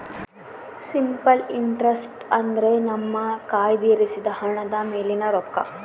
simple interest ಅಂದ್ರೆ ನಮ್ಮ ಕಯ್ದಿರಿಸಿದ ಹಣದ ಮೇಲಿನ ರೊಕ್ಕ